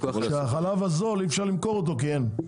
שהחלב הזול אי אפשר למכור אותו כי אין.